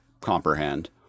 comprehend